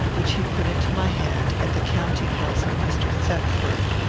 which he put into my hand, at the counting-house of mr. thetford,